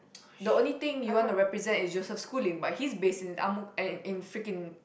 the only thing you want to represent is Joseph-Schooling but he's based in Ang-Mo in freaking